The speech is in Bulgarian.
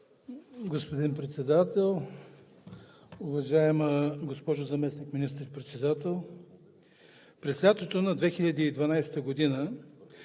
Господин Председател, уважаема госпожо Заместник министър-председател! През лятото на 2012 г.